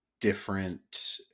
different